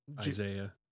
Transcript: Isaiah